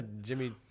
Jimmy